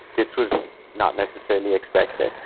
this was not necessarily expected.